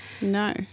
No